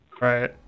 right